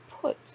put